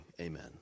Amen